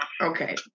Okay